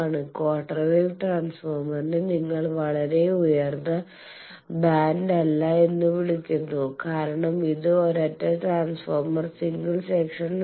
quarter wave ട്രാൻസ്ഫോർമറിനെ നിങ്ങൾ വളരെ ഉയർന്ന ബാൻഡ് അല്ല എന്ന് പറയുന്നു കാരണം ഇത് ഒരൊറ്റ ട്രാൻസ്ഫോർമർ സിംഗിൾ സെക്ഷൻ ആണ്